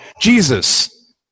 Jesus